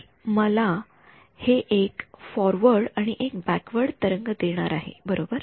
तर हे मला एक फॉरवर्ड आणि एक बॅकवॉर्ड तरंग देणार आहे बरोबर